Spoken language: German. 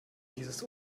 dieses